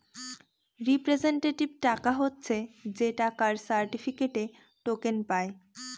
representative টাকা হচ্ছে যে টাকার সার্টিফিকেটে, টোকেন পায়